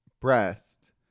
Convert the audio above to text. breast